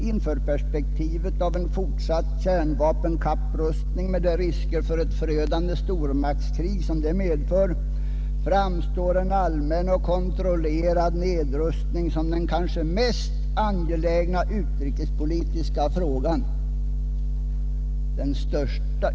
Inför perspektivet av en fortsatt kärnvapenkapprustning, med de risker för ett förödande stormaktskrig som den medför, framstår en allmän och kontrollerad nedrustning som den största utrikespolitiska frågan.